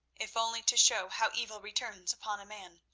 if only to show how evil returns upon a man.